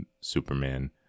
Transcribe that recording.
Superman